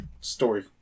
story